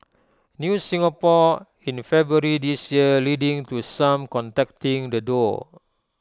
news Singapore in February this year leading to some contacting the duo